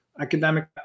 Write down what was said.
academic